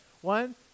One